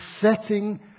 setting